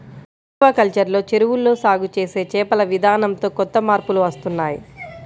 aquaculture లో చెరువుల్లో సాగు చేసే చేపల విధానంతో కొత్త మార్పులు వస్తున్నాయ్